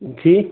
जी